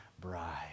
bride